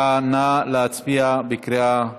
נא להצביע בקריאה שנייה.